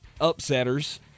upsetters